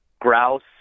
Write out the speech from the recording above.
grouse